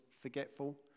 forgetful